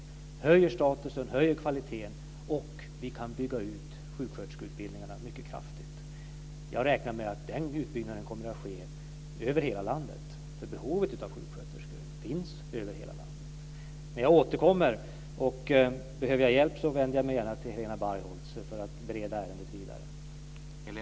Det höjer statusen och kvaliteten, och vi kan bygga ut sjusköterskeutbildningarna mycket kraftigt. Jag räknar med att den utbyggnaden kommer att ske över hela landet, för behovet av sjuksköterskor finns över hela landet. Men jag återkommer. Och om jag behöver hjälp, vänder jag mig gärna till Helena Bargholtz för att bereda ärendet vidare.